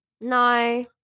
No